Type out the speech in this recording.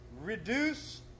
reduce